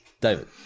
David